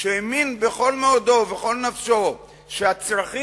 שהאמין בכל מאודו ובכל נפשו שהצרכים,